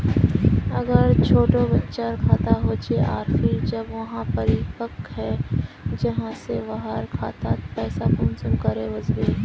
अगर छोटो बच्चार खाता होचे आर फिर जब वहाँ परिपक है जहा ते वहार खातात पैसा कुंसम करे वस्बे?